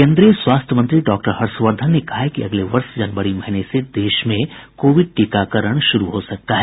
केन्द्रीय स्वास्थ्य मंत्री डॉक्टर हर्षवर्धन ने कहा है कि अगले वर्ष जनवरी महीने से देश में कोविड टीकाकरण शुरू हो सकता है